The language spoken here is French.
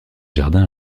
jardins